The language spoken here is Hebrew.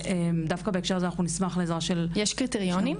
דווקא בהקשר הזה אנחנו נשמח לעזרה של --- יש קריטריונים?